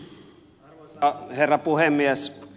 arvoisa herra puhemies